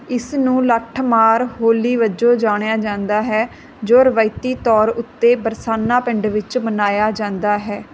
ਇਸ ਨੂੰ ਲੱਠ ਮਾਰ ਹੋਲੀ ਵਜੋਂ ਜਾਣਿਆ ਜਾਂਦਾ ਹੈ ਜੋ ਰਵਾਇਤੀ ਤੌਰ ਉੱਤੇ ਬਰਸਾਨਾ ਪਿੰਡ ਵਿੱਚ ਮਨਾਇਆ ਜਾਂਦਾ ਹੈ